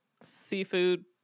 seafood